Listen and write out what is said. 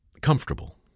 comfortable